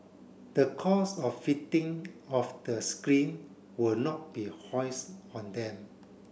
the cost of fitting of the screen will not be foist on them